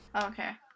Okay